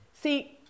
See